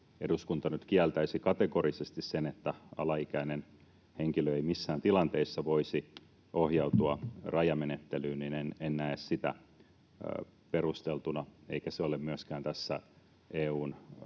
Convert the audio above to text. eduskunta nyt kieltäisi kategorisesti sen, että alaikäinen henkilö missään tilanteissa voisi ohjautua rajamenettelyyn. En näe sitä perusteltuna, eikä se ole myöskään tässä EU:n